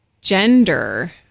gender